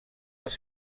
els